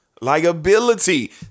liability